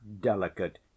delicate